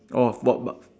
orh but but